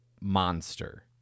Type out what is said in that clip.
Monster